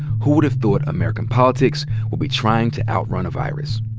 who would've thought american politics would be trying to outrun a virus.